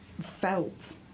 felt